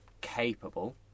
capable